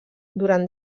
durant